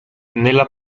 nella